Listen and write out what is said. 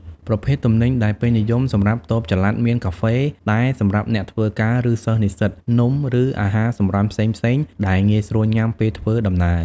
ប្រភេទទំនិញដែលពេញនិយមសម្រាប់តូបចល័តមាន កាហ្វេ តែ សម្រាប់អ្នកធ្វើការ ឬសិស្សនិស្សិត នំ ឬអាហារសម្រន់ផ្សេងៗ ដែលងាយស្រួលញ៉ាំពេលធ្វើដំណើរ។